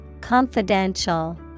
Confidential